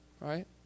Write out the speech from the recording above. right